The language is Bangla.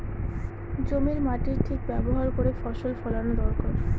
জমির মাটির ঠিক ব্যবহার করে ফসল ফলানো দরকার